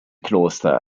kloster